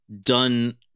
done